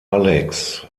alex